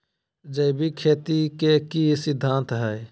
जैविक खेती के की सिद्धांत हैय?